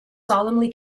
solemnly